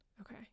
Okay